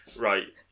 right